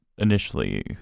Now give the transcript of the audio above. initially